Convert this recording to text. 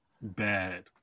bad